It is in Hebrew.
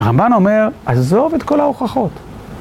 רמבן אומר, עזוב את כל ההוכחות.